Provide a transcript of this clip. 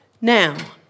Now